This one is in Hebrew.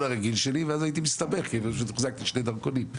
הרגיל שלי ואז הייתי מסתבך כי החזקתי לי שני דרכונים,